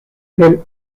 del